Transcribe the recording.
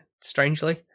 strangely